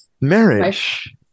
marriage